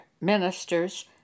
ministers